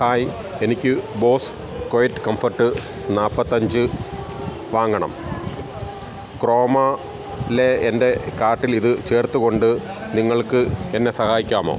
hi എനിക്ക് Bose quiet comfort നാൽപ്പത്തഞ്ച് വാങ്ങണം ക്രോമാ ലെ എൻ്റെ കാർട്ടിലിത് ചേർത്ത് കൊണ്ട് നിങ്ങൾക്ക് എന്നെ സഹായിക്കാമോ